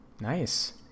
Nice